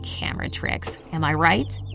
camera tricks, am i right?